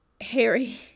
Harry